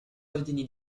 ordini